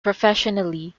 professionally